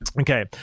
Okay